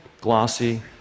glossy